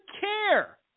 care